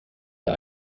der